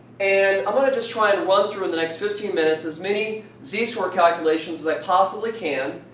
and i want to just try and run through in the next fifteen minutes as many z score calculations as i possibly can.